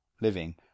living